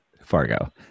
Fargo